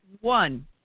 one